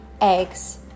eggs